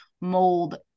mold